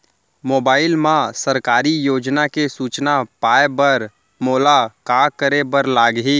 mobile मा सरकारी योजना के सूचना पाए बर मोला का करे बर लागही